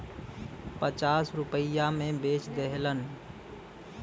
पचास रुपइया मे बेच देहलन